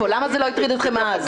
למה זה לא הטריד אתכם אז?